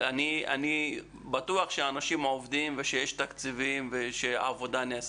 אני בטוח שאנשים עובדים ושיש תקציבים והעבודה נעשית.